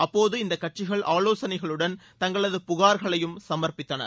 அப்போது இந்த கட்சிகள் ஆலோசனைகளுடன் தங்களது புகார்களையும் சமா்பித்தனர்